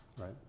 right